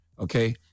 okay